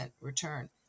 return